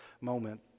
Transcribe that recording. moment